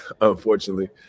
unfortunately